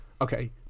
okay